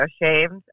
ashamed